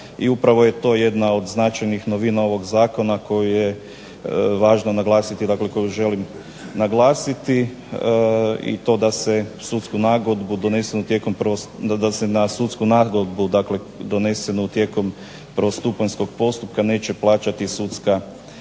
I upravo je to jedna od značajnih novina ovog zakona koje je važno naglasiti, dakle koju želim naglasiti, i to da se sudsku nagodbu donesenu tijekom, da se na sudsku